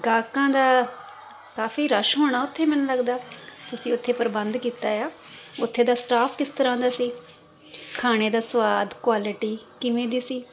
ਗ੍ਰਾਹਕਾਂ ਦਾ ਕਾਫ਼ੀ ਰਸ਼ ਹੋਣਾ ਉੱਥੇ ਮੈਨੂੰ ਲੱਗਦਾ ਤੁਸੀਂ ਉੱਥੇ ਪ੍ਰਬੰਧ ਕੀਤਾ ਆ ਉੱਥੇ ਦਾ ਸਟਾਫ ਕਿਸ ਤਰ੍ਹਾਂ ਦਾ ਸੀ ਖਾਣੇ ਦਾ ਸੁਆਦ ਕੁਆਲਿਟੀ ਕਿਵੇਂ ਦੀ ਸੀ